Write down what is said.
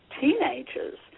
teenagers